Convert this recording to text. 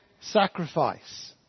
sacrifice